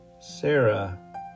Sarah